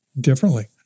differently